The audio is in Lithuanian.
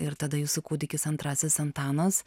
ir tada jūsų kūdikis antrasis antanas